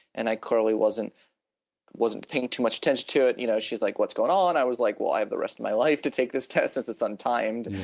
and i clearly wasn't wasn't paying too much attention to it. you know she's like what's going on, i was like well i have the rest of my life to take this test if it's untimed,